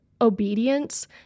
obedience